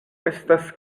estas